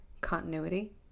continuity